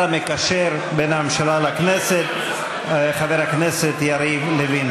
המקשר בין הממשלה לכנסת חבר הכנסת יריב לוין.